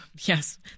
yes